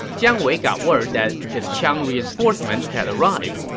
jiang wei got word that his qiang reinforcements had arrived.